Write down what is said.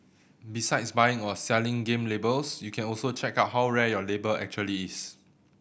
besides buying or selling game labels you can also check out how rare your label actually is